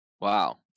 Wow